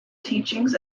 teachings